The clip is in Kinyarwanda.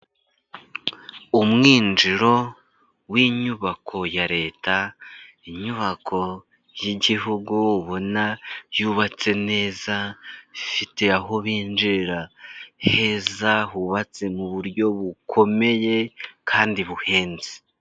Umwinjiro winyubako ya Leta, inyubako y'Igihugu ubona yubatse neza, ifite aho binjirira heza, hubatse mu buryo bukomeye kandi buhenze.